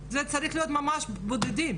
זה צריך להיות ממש בודדים.